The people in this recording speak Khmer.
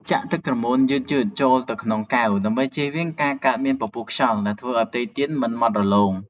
ចាក់ទឹកក្រមួនយឺតៗចូលទៅក្នុងកែវ ដើម្បីជៀសវាងការកើតមានពពុះខ្យល់ដែលធ្វើឱ្យផ្ទៃទៀនមិនម៉ត់រលោង។